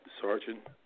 Sergeant